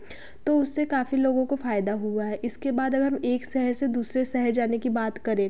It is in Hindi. तो उससे काफ़ी लोगों को फ़ायदा हुआ है इसके बाद अगर हम एक शहर से दूसरे शहर जाने की बात करें